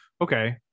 Okay